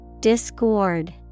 Discord